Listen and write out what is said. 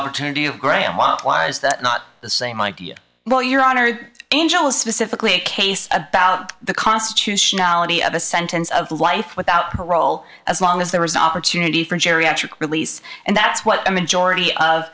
opportunity of grandma why is that not the same idea well your honor angel is specifically a case about the constitutionality of a sentence of life without parole as long as there is an opportunity for geriatric release and that's what i mean jordy of